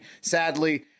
sadly